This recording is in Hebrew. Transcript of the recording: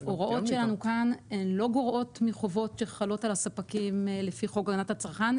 ההוראות שלנו כאן לא גורעות מחובות שחלות על הספקים לפי חוק הגנת הצרכן,